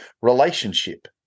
relationship